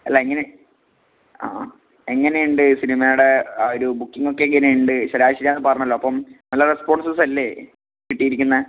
അല്ലാ എങ്ങനെ ആ എങ്ങനെയുണ്ട് സിനിമയുടെ ആ ഒരു ബുക്കിംഗ് ഒക്കെ എങ്ങനെയുണ്ട് ശരാശരിയാണെന്ന് പറഞ്ഞല്ലോ അപ്പം നല്ല റെസ്പോൺസസ് അല്ലെ കിട്ടിയിരിക്കുന്നത്